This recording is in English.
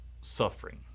suffering